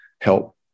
help